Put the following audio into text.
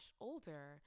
older